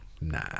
Nah